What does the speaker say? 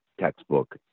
textbook